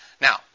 Now